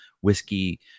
whiskey